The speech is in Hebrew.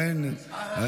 בדיוק.